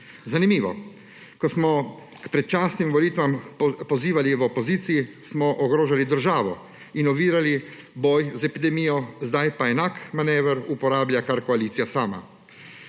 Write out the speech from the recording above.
Zanimivo, ko smo k predčasnim volitvam pozivali v opoziciji, smo ogrožali državo in ovirali boj z epidemijo, zdaj pa enak manever uporablja kar koalicija sama.